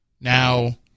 now